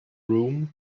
room